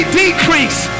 decrease